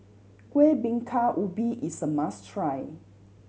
Kueh Bingka Ubi is a must try